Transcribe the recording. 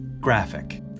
Graphic